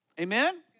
Amen